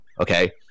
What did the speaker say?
okay